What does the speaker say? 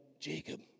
Jacob